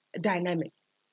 dynamics